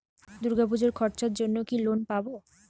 দূর্গাপুজোর খরচার জন্য কি লোন পাব?